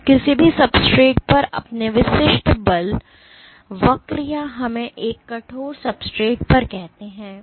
तो किसी भी सब्सट्रेट पर अपने विशिष्ट बल वक्र या हमें एक कठोर सब्सट्रेट पर कहते हैं